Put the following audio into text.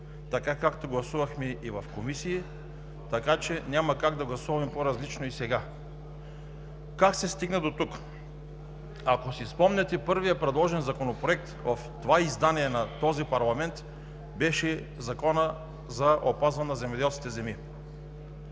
така както гласувахме и в комисии, така че няма как да гласуваме по-различно и сега. Как се стигна дотук? Ако си спомняте, първия предложен Законопроект в това издание на този парламент беше Законът за опазване на земеделските земи.